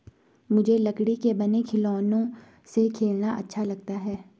मुझे लकड़ी के बने खिलौनों से खेलना अच्छा लगता है